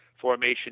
formation